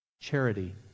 Charity